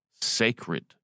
sacred